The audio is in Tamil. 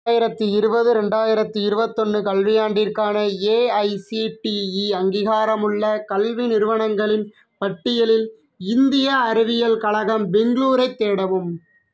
ரெண்டாயிரத்து இருபது ரெண்டாயிரத்து இருபத்தொன்று கல்வியாண்டிற்கான ஏஐசிடிஇ அங்கீகாரமுள்ள கல்வி நிறுவனங்களின் பட்டியலில் இந்திய அறிவியல் கழகம் பெங்களூரைத் தேடவும்